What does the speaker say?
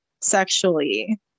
sexually